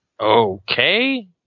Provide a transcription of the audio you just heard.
Okay